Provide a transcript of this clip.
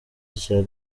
icya